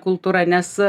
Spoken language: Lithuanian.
kultūra nes